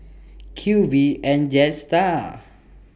Q V and Jetstar